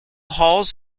halls